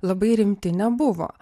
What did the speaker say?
labai rimti nebuvo